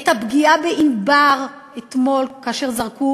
את הפגיעה בענבר, אתמול, כאשר זרקו